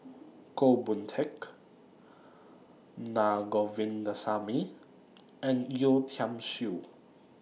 Goh Boon Teck Na Govindasamy and Yeo Tiam Siew